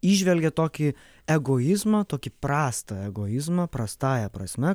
įžvelgia tokį egoizmą tokį prastą egoizmą prastąja prasme